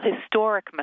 historic